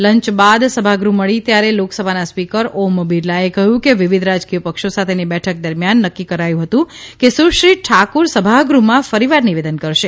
lunch બાદ સભાગૃહ્ મળી ત્યારે લોકસભાના સ્પીકર ઓમ બિરલાએ કહ્યું કે વિવિધ રાજકીય પક્ષો સાથેની બેઠક દરમ્યાન નક્કી કરાયું હતુ કે સુશ્રી ઠાકુર સભાગૃહમાં ફરીવાર નિવેદન કરશે